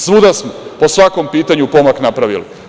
Svuda smo, po svakom pitanju, pomak napravili.